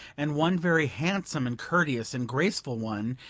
and one very handsome and courteous and graceful one,